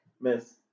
Miss